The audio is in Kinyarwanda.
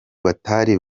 batari